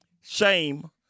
shame